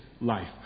life